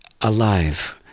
alive